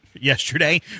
yesterday